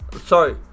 Sorry